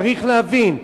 צריך להבין.